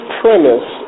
premise